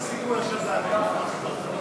תכלית ההוראה היא לאפשר איגום משאבים ברכישת שירותים.